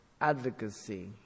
advocacy